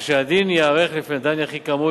ושהדין ייערך לפני דן יחיד כאמור,